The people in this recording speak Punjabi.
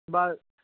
ਬਸ